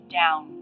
down